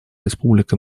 республики